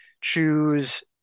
choose